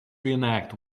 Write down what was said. reenact